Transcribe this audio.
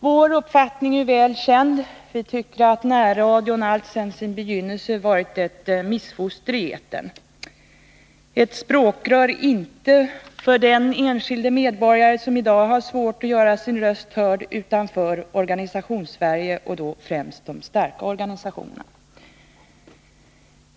Vår uppfattning är väl känd: Vi tycker att närradion alltsedan sin begynnelse har varit ett missfoster i etern, ett språkrör inte för den enskilde medborgare som i dag har svårt att göra sin röst hörd utan för Organisationssverige, och då främst de starka organisationerna.